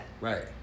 Right